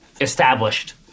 Established